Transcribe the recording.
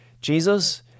Jesus